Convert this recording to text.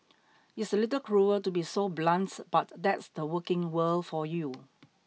it's a little cruel to be so blunt but that's the working world for you